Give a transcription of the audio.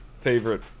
favorite